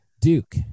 Duke –